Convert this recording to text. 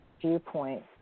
viewpoint